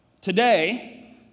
Today